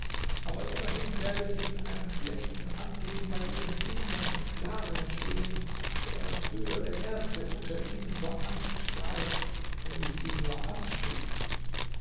aber immerhin werde ich in einem schlechten ansehen bei ihren dienern und sklavinnen stehen während früher der erste unter ihnen vor angst starb wenn ich ihn nur anschrie